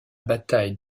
bataille